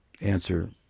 answer